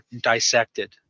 dissected